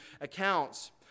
accounts